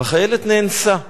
והחיילת נאנסה.